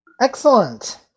Excellent